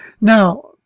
Now